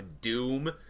Doom